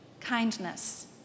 kindness